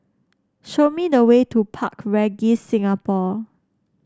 show me the way to Park Regis Singapore